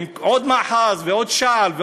עם עוד מאחז ועוד שעל,